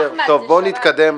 בסדר, בואו נתקדם.